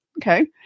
Okay